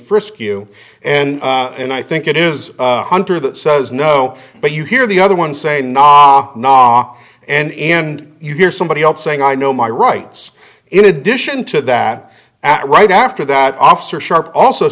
frisk you and and i think it is hunter that says no but you hear the other one say nah knock and end you hear somebody else saying i know my rights in addition to that at right after that officer sharp also